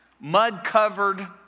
mud-covered